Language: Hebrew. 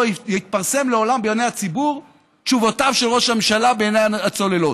יתפרסם לעולם בעיני הציבור תשובותיו של ראש הממשלה בעניין הצוללות.